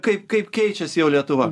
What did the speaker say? kai kaip keičias jau lietuva